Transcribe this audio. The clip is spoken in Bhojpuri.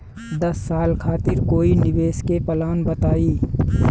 दस साल खातिर कोई निवेश के प्लान बताई?